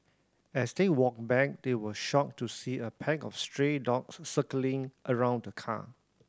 as they walked back they were shocked to see a pack of stray dogs circling around the car